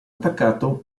attaccato